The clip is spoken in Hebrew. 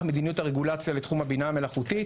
מדיניות הרגולציה לתחום הבינה המלאכותית.